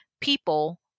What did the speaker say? people